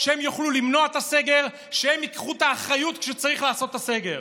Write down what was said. שהם יוכלו למנוע את הסגר ושהם ייקחו את האחריות כשצריך לעשות את הסגר.